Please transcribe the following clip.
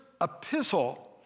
epistle